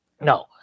No